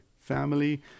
family